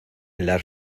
las